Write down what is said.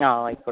ആ ആയിക്കോട്ടെ